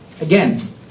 Again